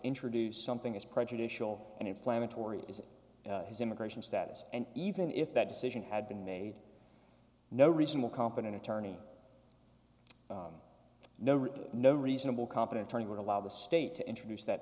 introduce something as prejudicial and inflammatory as his immigration status and even if that decision had been made no reasonable competent attorney no or no reasonable competent attorney would allow the state to introduce that